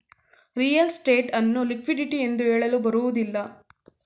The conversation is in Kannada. ರಿಯಲ್ ಸ್ಟೇಟ್ ಅನ್ನು ಲಿಕ್ವಿಡಿಟಿ ಎಂದು ಹೇಳಲು ಬರುವುದಿಲ್ಲ